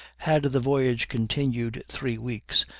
had the voyage continued three weeks,